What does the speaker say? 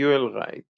סיואל רייט